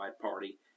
party